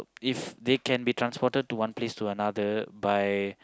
if they can be transported to one place to another by